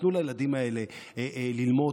תנו לילדים האלה ללמוד,